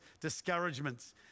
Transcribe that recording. discouragements